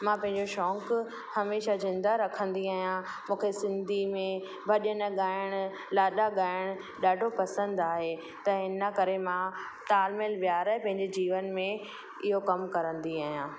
मां पंहिंजो शौक़ु हमेशह ज़िंदा रखंदी आहियां मूंखे सिंधी में भॼन ॻाइणु लाॾा ॻाइणु ॾाढो पसंदि आहे त हिन करे मां तालमेल विहारे पंहिंजे जीवन में इहो कमु कंदी आहियां